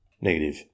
Negative